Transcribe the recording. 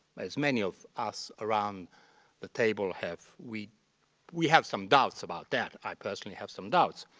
as many of us around the table have, we we have some doubts about that. i personally have some doubts.